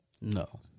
No